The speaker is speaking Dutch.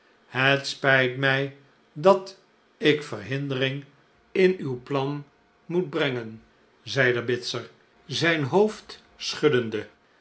het spijt mij dat ik verhindering in uw plan moet brengen zeide bitzer zijn hoofdschuddende